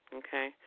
okay